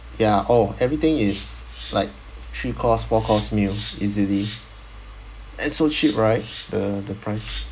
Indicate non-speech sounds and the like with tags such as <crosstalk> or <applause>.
ya oh everything is like three course four course <noise> meals easily and so cheap right the the price